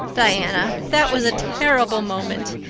diana, that was a terrible moment.